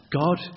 God